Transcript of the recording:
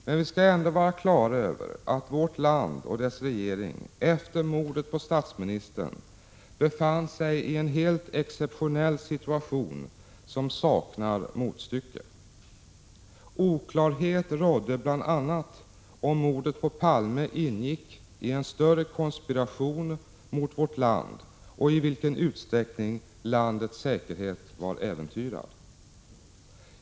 Men vi skall ändå vara klara över att vårt land och dess regering efter mordet på statsministern befann sig i en helt exceptionell situation som saknar motstycke. Oklarhet rådde bl.a. om huruvida mordet på Palme ingick i en större konspiration mot vårt land och i vilken utsträckning landets säkerhet var äventyrad.